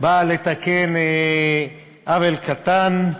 באה לתקן עוול קטן.